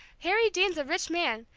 harry deane's a rich man,